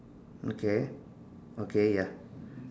okay okay ya